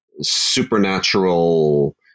supernatural